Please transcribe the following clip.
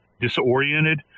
disoriented